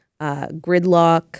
gridlock